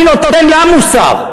אני נותן לה מוסר.